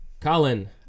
Colin